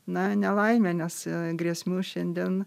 na nelaimė nes grėsmių šiandien